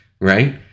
right